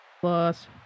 plus